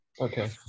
Okay